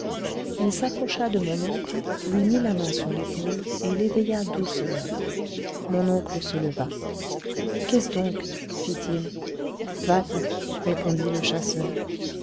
il s'approcha de mon oncle lui mit la main sur l'épaule et l'éveilla doucement mon oncle se leva qu'est-ce donc fit-il vatten répondit le chasseur